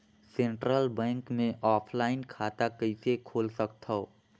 Central bank मे offline खाता कइसे खोल सकथव?